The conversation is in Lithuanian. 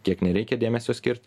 kiek nereikia dėmesio skirt